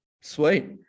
sweet